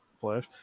Flash